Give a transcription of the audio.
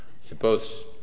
suppose